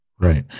Right